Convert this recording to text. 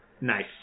nice